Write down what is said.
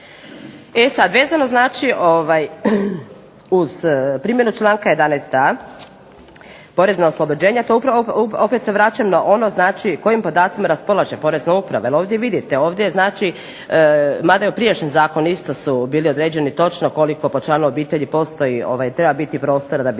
E sad, vezano znači ovaj uz primjenu članka 11a porezna oslobođenja, to upravo opet se vraćam se na ono znači kojim podacima raspolaže Porezna uprava. Jer ovdje vidite, ovdje je znači, mada i u prijašnjem zakonu isto su bili određeni točno koliko po članu obitelji postoji, treba biti prostora da bi